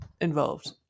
involved